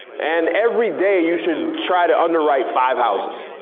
and everyday you should try to underwrite five houses.